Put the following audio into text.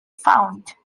found